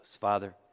Father